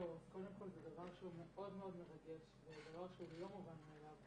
קודם כל זה דבר שהוא מאוד מאוד מרגש ודבר שהוא לא מובן מאליו.